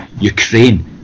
Ukraine